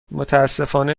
متأسفانه